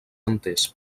enters